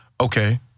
Okay